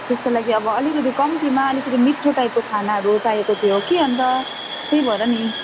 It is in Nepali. त्यसको लागि अब अलिकति कम्तीमा अलिकति मिठो टाइपको खानाहरू चाहिएको थियो कि अन्त त्यही भएर नि